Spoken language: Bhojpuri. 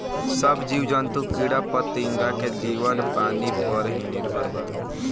सब जीव जंतु कीड़ा फतिंगा के जीवन पानी पर ही निर्भर बावे